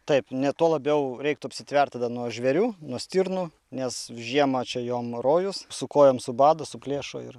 taip net tuo labiau reiktų apsitvert tada nuo žvėrių nuo stirnų nes žiemą čia jom rojus su kojom subado suplėšo ir